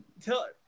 tell